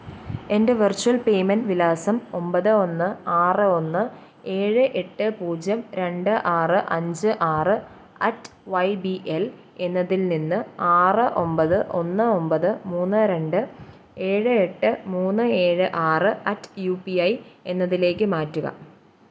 എൻ്റെ virtual payment വിലാസം ഒമ്പത് ഒന്ന് ആറ് ഒന്ന് ഏഴ് എട്ട് പൂജ്യം രണ്ട് ആറ് അഞ്ച് ആറ് അറ്റ് വൈ ബി എല് എന്നതിൽ നിന്ന് ആറ് ഒമ്പത് ഒന്ന് ഒമ്പത് മൂന്ന് രണ്ട് ഏഴ് എട്ട് മൂന്ന് ഏഴ് ആറ് അറ്റ് യൂ പി ഐ എന്നതിലേക്ക് മാറ്റുക